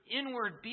inward